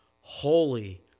Holy